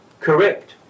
correct